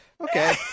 Okay